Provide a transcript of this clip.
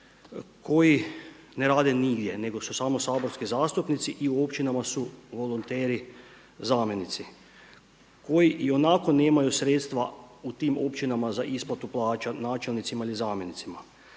koji ne rade negdje nego su samo saborski zastupnici i u općinama su volonteri zamjenici koji i onako nemaju sredstva u tim općinama za isplatu plaća načelnicima ili zamjenicima.